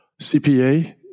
CPA